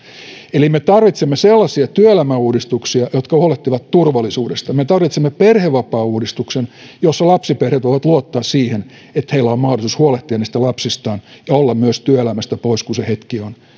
eli me tarvitsemme sellaisia työelämäuudistuksia jotka huolehtivat turvallisuudesta me tarvitsemme perhevapaauudistuksen jossa lapsiperheet voivat luottaa siihen että heillä on mahdollisuus huolehtia lapsistaan ja olla myös työelämästä poissa kun se hetki on